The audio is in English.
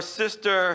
sister